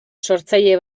sortzaile